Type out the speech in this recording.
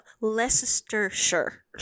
Leicestershire